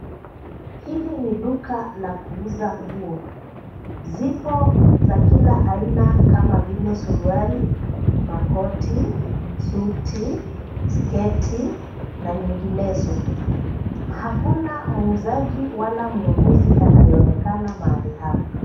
Hili ni duka la kuuza nguo. Zipo za kila aina kama vile suruali, makoti, suti, sketi na nyinginezo. Hakuna muuzaji wala mnunuzi anayeonekana mahali hapa.